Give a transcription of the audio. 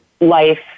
life